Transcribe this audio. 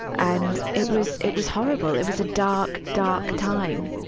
and it was, it was horrible. it was a dark, dark time.